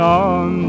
on